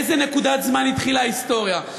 באיזו נקודת זמן התחילה ההיסטוריה?